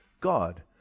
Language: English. God